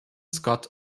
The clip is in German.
scott